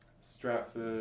Stratford